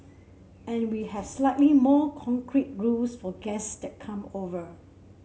and we have slightly more concrete rules for guests that come over